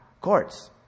courts